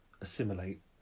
assimilate